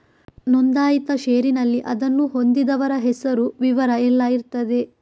ನೋಂದಾಯಿತ ಷೇರಿನಲ್ಲಿ ಅದನ್ನು ಹೊಂದಿದವರ ಹೆಸರು, ವಿವರ ಎಲ್ಲ ಇರ್ತದೆ